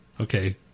Okay